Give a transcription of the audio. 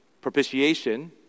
propitiation